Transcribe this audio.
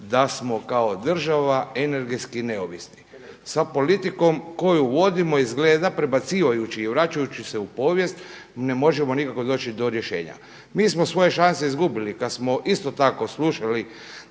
da smo kao država energetski neovisni. Sa politikom koju vodimo, izgleda, prebacivajući i vraćajući se u povijest ne možemo nikako doći do rješenja. MI smo svoje šanse izgubili kada smo isto tako slušali